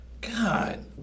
God